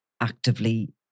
actively